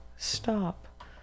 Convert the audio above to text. stop